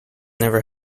never